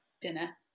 Dinner